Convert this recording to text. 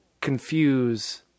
confuse